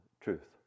truth